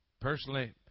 Personally